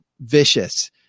vicious